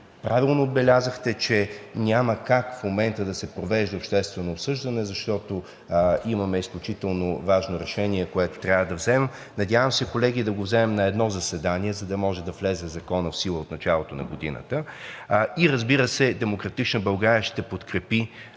Правилно отбелязахте, че няма как в момента да се провежда обществено обсъждане, защото имаме изключително важно решение, което трябва да вземем. Надявам се, колеги, да го вземем на едно заседание, за да може Законът да влезе в сила от началото на годината. Разбира се, „Демократична България“ ще подкрепи